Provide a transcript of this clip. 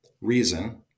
reason